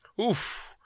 Oof